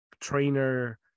trainer